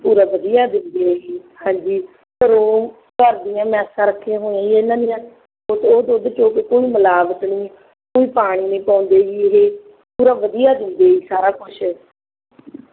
ਪੂਰਾ ਵਧੀਆ ਦਿੰਦੇ ਆ ਜੀ ਹਾਂਜੀ ਘਰੋਂ ਘਰ ਦੀਆਂ ਮੈਸਾਂ ਰੱਖੀਆਂ ਹੋਈਆਂ ਜੀ ਇਹਨਾਂ ਦੀਆਂ ਉੱਥੇ ਉਹ ਦੁੱਧ 'ਚ ਕਿਤੋਂ ਵੀ ਮਿਲਾਵਟ ਨਹੀਂ ਕੋਈ ਪਾਣੀ ਨਹੀਂ ਪਾਉਂਦੇ ਜੀ ਇਹ ਪੂਰਾ ਵਧੀਆ ਦਿੰਦੇ ਸਾਰਾ ਕੁਛ